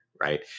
right